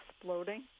exploding